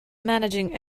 managing